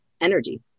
energy